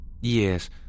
Yes